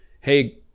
hey